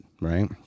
right